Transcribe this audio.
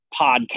podcast